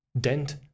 dent